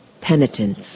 Penitence